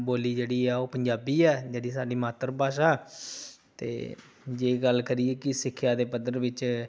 ਬੋਲੀ ਜਿਹੜੀ ਆ ਉਹ ਪੰਜਾਬੀ ਹੈ ਜਿਹੜੀ ਸਾਡੀ ਮਾਤਰ ਭਾਸ਼ਾ ਅਤੇ ਜੇ ਗੱਲ ਕਰੀਏ ਕਿ ਸਿੱਖਿਆ ਦੇ ਪੱਧਰ ਵਿੱਚ